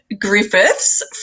Griffiths